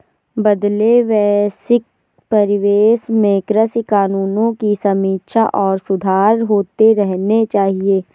बदलते वैश्विक परिवेश में कृषि कानूनों की समीक्षा और सुधार होते रहने चाहिए